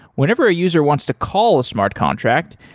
whenever a user wants to call a smart contract,